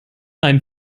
einen